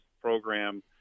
program